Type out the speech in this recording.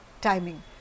timing